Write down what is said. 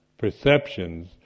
perceptions